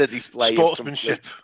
sportsmanship